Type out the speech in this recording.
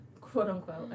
quote-unquote